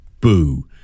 boo